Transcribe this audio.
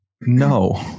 No